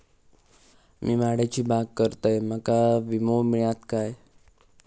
मी माडाची बाग करतंय माका विमो मिळात काय?